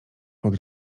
pod